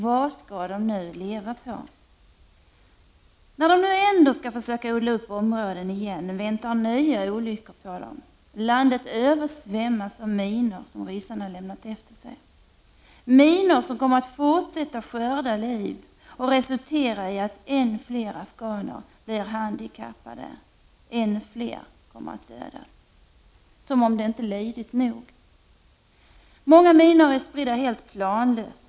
Vad skall de nu leva på? När de nu ändå skall försöka odla upp områden igen, väntar nya olyckor på dem. Landet översvämmas av minor, som ryssarna lämnat efter sig — minor som kommer att fortsätta att skörda liv och resultera i att än fler afghaner blir handikappade, att än fler kommer att dödas. Som om de inte lidit nog! Många minor är spridda helt planlöst.